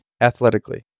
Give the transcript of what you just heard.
athletically